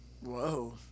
Whoa